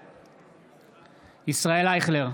בעד ישראל אייכלר,